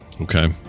Okay